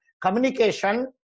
communication